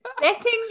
Setting